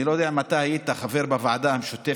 אני לא יודע אם אתה היית חבר בוועדה המשותפת